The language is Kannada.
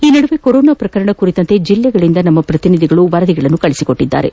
ಈ ನದುವೆ ಕೊರೋನಾ ಪ್ರಕರಣ ಕುರಿತಂತೆ ಜಿಲ್ಲೆಗಳಿಂದ ನಮ್ಮ ಪ್ರತಿನಿಧಿಗಳು ವರದಿ ಕಳುಹಿಸಿದ್ದಾರೆ